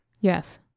Yes